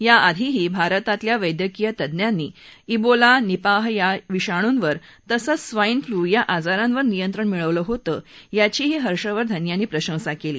याआधीही भारतातल्या वैद्यकीय तज्ञांनी बीला निपाह या विषाणूंवर तसंच स्वाउे फल्यू या आजारांवर नियंत्रण मिळवलं होतं याचीही हर्षवर्धनं यांनी प्रशंसा केली